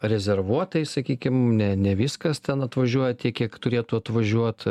rezervuotai sakykim ne ne viskas ten atvažiuoja tiek kiek turėtų atvažiuot